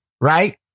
right